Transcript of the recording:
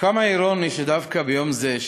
כמה אירוני שדווקא ביום זה,